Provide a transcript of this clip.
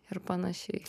ir panašiai